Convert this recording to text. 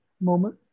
moment